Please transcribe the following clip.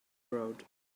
road